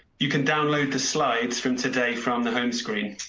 you can download the slides from today from the home screen.